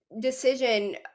decision